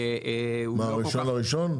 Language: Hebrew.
מה, ה-1 בינואר?